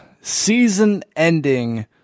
season-ending